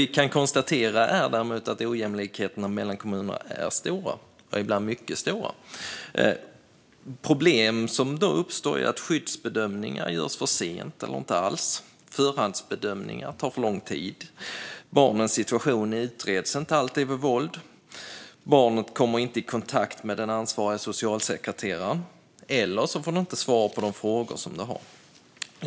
Vi kan däremot konstatera att ojämlikheten mellan kommunerna är stor, ibland mycket stor. Problem som då uppstår är att skyddsbedömningar görs för sent eller inte alls. Förhandsbedömningar tar för lång tid. Barnets situation utreds inte alltid vid våld. Barnet kommer inte i kontakt med den ansvariga socialsekreteraren eller får inte svar på de frågor som det har.